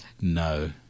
no